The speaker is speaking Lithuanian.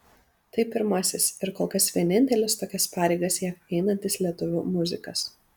tai pirmasis ir kol kas vienintelis tokias pareigas jav einantis lietuvių muzikas